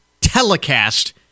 telecast